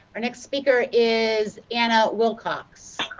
our next speaker is anna wilcox.